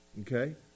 okay